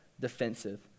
defensive